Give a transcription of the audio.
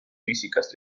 físicas